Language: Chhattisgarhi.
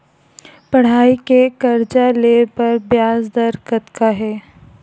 पढ़ई के कर्जा ले बर ब्याज दर कतका हे?